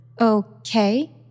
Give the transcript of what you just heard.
Okay